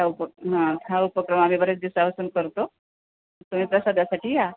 ख उपक हां हा उपक्रम आम्ही बऱेच दिवसापासून करतो युमही प्रसादासाठी या